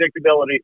predictability